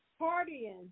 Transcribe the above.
partying